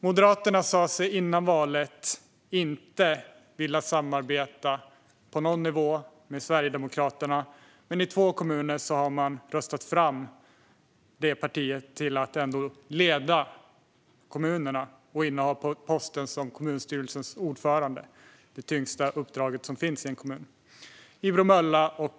Moderaterna sa sig före valet inte vilja samarbeta med Sverigedemokraterna på någon nivå, men i två kommuner, Bromölla och Sölvesborg, har man ändå röstat fram det partiet till att leda och inneha posten som kommunstyrelsens ordförande, det tyngsta uppdrag som finns i en kommun.